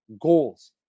goals